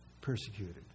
Persecuted